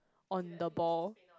on the ball